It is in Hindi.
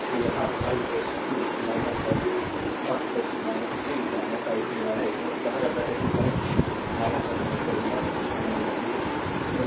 तो यहाँ i और v0 3 i मिला है क्योंकि कहा जाता है कि करंट टर्मिनल तो v0 3 i